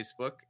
facebook